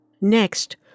Next